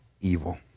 evil